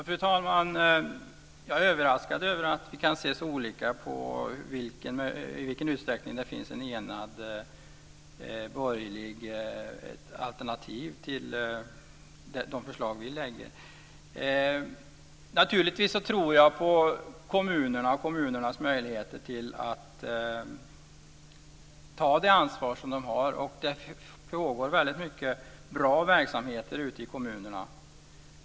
Fru talman! Jag är överraskad över att vi kan se så olika på i vilken utsträckning det finns ett enat borgerligt alternativ till de förslag vi lägger fram. Naturligtvis tror jag på kommunernas möjligheter att ta det ansvar de har. Det pågår mycket bra verksamheter ute i kommunerna.